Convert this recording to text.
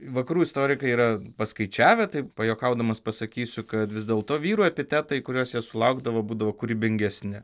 vakarų istorikai yra paskaičiavę taip pajuokaudamas pasakysiu kad vis dėlto vyrų epitetai kuriuos jie sulaukdavo būdavo kūrybingesni